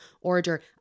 order